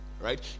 right